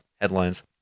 headlines